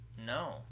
No